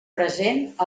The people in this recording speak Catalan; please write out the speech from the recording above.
present